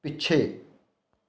ਪਿੱਛੇ